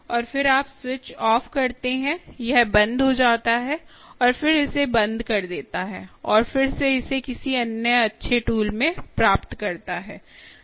और फिर आप स्विच ऑफ करते हैं यह बंद हो जाता है और फिर इसे बंद कर देता है और फिर इसे किसी अन्य अच्छे टूल में प्राप्त करता है